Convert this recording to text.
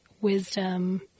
wisdom –